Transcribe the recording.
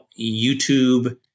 youtube